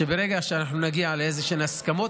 ברגע שאנחנו נגיע לאיזשהן הסכמות,